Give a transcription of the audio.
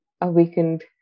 awakened